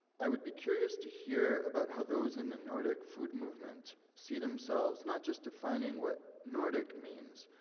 i would be curious to hear about how those in the nordic food movement see themselves, not just defining what nordic means,